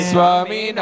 Swami